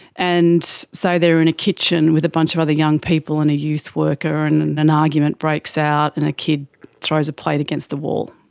and say they are in a kitchen with a bunch of other young people and a youth worker, and and an argument breaks out and a kid throws a plate against the wall.